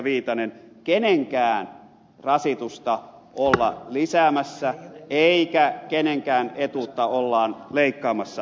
viitanen kenenkään rasitusta olla lisäämässä eikä kenenkään etuutta olla leikkaamassa